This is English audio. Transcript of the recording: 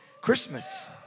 Christmas